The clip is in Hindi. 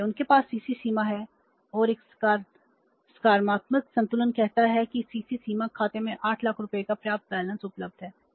क्योंकि उनके पास CC सीमा है और एक सकारात्मक संतुलन कहता है कि CC सीमा खाते में 8 लाख रुपये का पर्याप्त बैलेंस उपलब्ध है